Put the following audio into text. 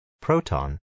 proton